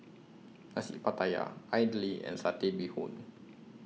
Nasi Pattaya Idly and Satay Bee Hoon